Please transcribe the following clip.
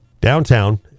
downtown